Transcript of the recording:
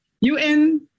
UN